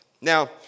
Now